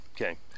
Okay